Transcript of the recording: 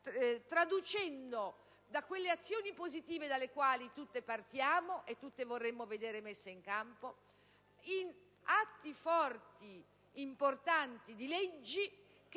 traducendo quelle azioni positive dalle quali tutte partiamo e vorremmo vedere messe in campo in atti forti, importanti, di leggi che